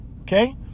okay